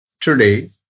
Today